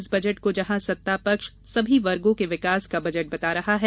इस बजट को जहां सत्तापक्ष सभी वर्गो के विकास का बजट बता रहा है